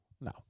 No